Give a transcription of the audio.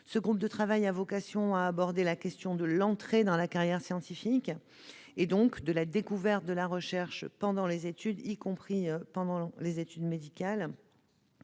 Ce groupe de travail a vocation à aborder la question de l'entrée dans la carrière scientifique, et donc de la découverte de la recherche pendant les études, y compris en médecine.